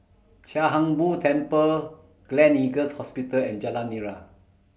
Chia Hung Boo Temple Gleneagles Hospital and Jalan Nira